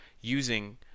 using